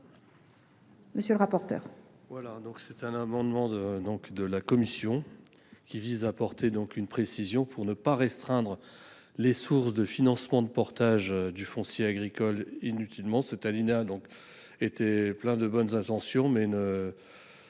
monsieur le rapporteur,